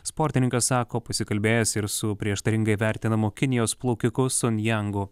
sportininkas sako pasikalbėjęs ir su prieštaringai vertinamu kinijos plaukiku sun jangu